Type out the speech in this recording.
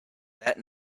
that